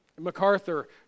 MacArthur